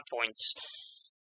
points